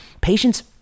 Patients